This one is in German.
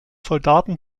soldaten